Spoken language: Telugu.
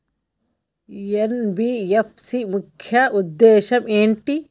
ఎన్.బి.ఎఫ్.సి ముఖ్య ఉద్దేశం ఏంటి?